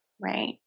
Right